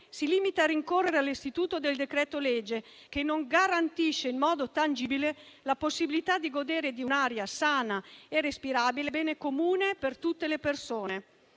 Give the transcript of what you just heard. si limita a ricorrere all'istituto del decreto-legge, che non garantisce in modo tangibile la possibilità di godere di un'aria sana e respirabile, bene comune per tutte le persone.